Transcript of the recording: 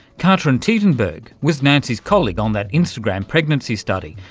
katrin tiidenberg was nancy's colleague on that instagram pregnancy study,